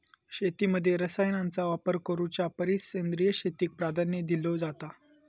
शेतीमध्ये रसायनांचा वापर करुच्या परिस सेंद्रिय शेतीक प्राधान्य दिलो जाता